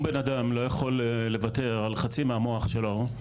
לא יכול לוותר על חצי מהמוח שלו,